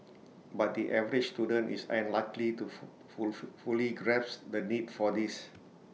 but the average student is unlikely to fully grasp the need for this